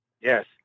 Yes